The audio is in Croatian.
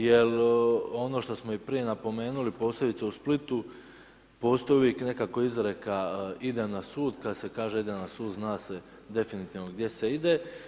Jer ono što smo i prije napomenuli, posebice u Splitu, postoji uvijek nekako izreka, ide na sud kada se kaže ide na sud, zna se definitivno gdje se ide.